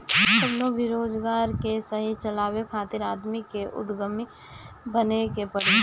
कवनो भी रोजगार के सही चलावे खातिर आदमी के उद्यमी बने के पड़ी